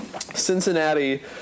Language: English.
Cincinnati